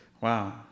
Wow